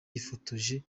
yifotoje